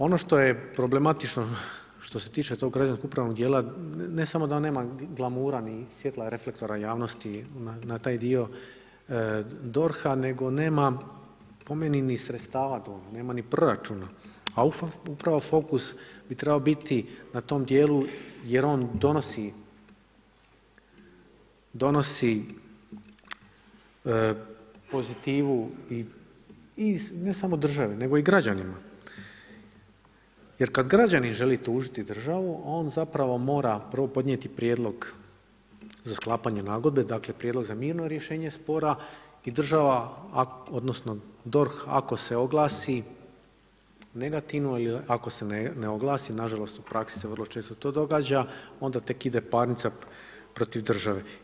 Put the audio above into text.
Ono što je problematično, što se tiče tog građansko-upravnog djela, ne samo da on nema glamura ni svjetla reflektora javnosti na taj dio DORH-a nego nema po meni ni sredstava DORH, nema ni proračun, a upravo fokus bi trebao biti na tom djelu jer on donosi pozitivu i ne samo državi nego i građanima jer kad građanin želi tužiti državu, on zapravo mora prvo podnijeti prijedlog za sklapanje nagodbe, dakle prijedlog za mirno rješenje spora i država odnosno DORH ako se oglasi negativno ili ako se ne oglasi, nažalost u praksi se vrlo često to događa, onda tek ide parnica protiv države.